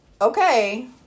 okay